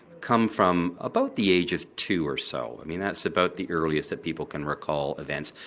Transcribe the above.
come from about the age of two or so. i mean that's about the earliest that people can recall events,